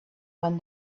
when